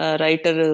writer